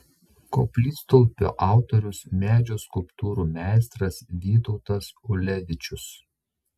koplytstulpio autorius medžio skulptūrų meistras vytautas ulevičius